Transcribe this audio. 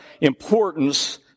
importance